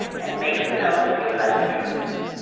and makes the nose appear less obtrusive.